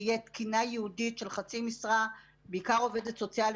שתהיה תקינה ייעודית של חצי משרה בעיקר עובדת סוציאלית,